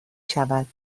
شود